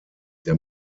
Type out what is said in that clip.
der